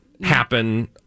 happen